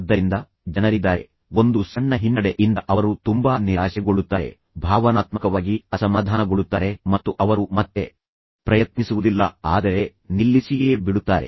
ಆದ್ದರಿಂದ ಜನರಿದ್ದಾರೆ ಒಂದು ಸಣ್ಣ ಹಿನ್ನಡೆ ಇಂದ ಅವರು ತುಂಬಾ ನಿರಾಶೆಗೊಳ್ಳುತ್ತಾರೆ ಭಾವನಾತ್ಮಕವಾಗಿ ಅಸಮಾಧಾನಗೊಳ್ಳುತ್ತಾರೆ ಮತ್ತು ಅವರು ಮತ್ತೆ ಪ್ರಯತ್ನಿಸುವುದಿಲ್ಲ ಆದರೆ ನಿಲ್ಲಿಸಿಯೇ ಬಿಡುತ್ತಾರೆ